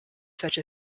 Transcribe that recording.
such